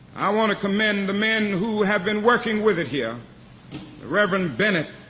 i want to commend the men who have been working with it here the reverend bennett,